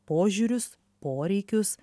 požiūrius poreikius